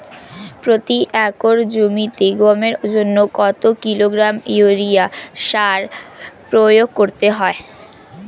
প্রতি একর জমিতে গমের জন্য কত কিলোগ্রাম ইউরিয়া সার প্রয়োগ করতে হয়?